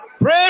Pray